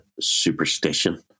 superstition